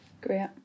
Great